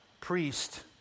priest